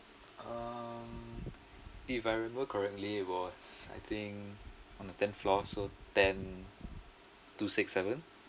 um if I remember correctly it was I think on the tenth floor also ten two six seven